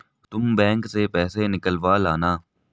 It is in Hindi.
तुम बैंक से पैसे निकलवा लाना